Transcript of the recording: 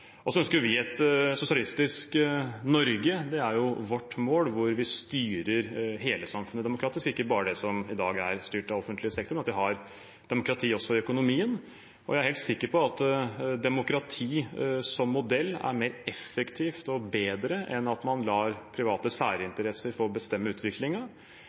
Og så ønsker vi et sosialistisk Norge – det er jo vårt mål – hvor vi styrer hele samfunnet demokratisk, ikke bare det som i dag er styrt av offentlig sektor, men at vi har demokrati også i økonomien. Jeg er helt sikker på at demokrati som modell er mer effektivt og bedre enn at man lar private særinteresser få bestemme